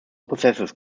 possesses